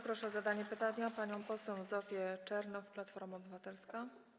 Proszę o zadanie pytania panią poseł Zofię Czernow, Platforma Obywatelska.